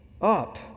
up